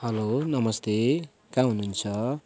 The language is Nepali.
हेलो नमस्ते कहाँ हुनुहुन्छ